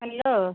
hello